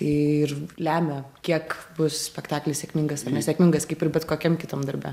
ir lemia kiek bus spektaklis sėkmingas ar nesėkmingas kaip ir bet kokiam kitam darbe